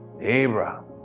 Abraham